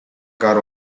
car